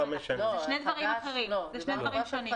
זה שני דברים שונים.